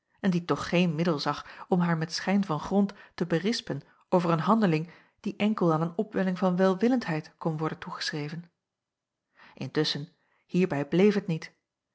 en die toch geen middel zag om haar met schijn van grond te berispen over een handeling die enkel aan een opwelling van welwillendheid kon worden toegeschreven intusschen hierbij bleef het niet